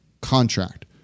contract